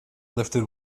lifted